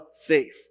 faith